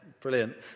brilliant